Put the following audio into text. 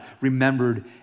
remembered